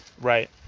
Right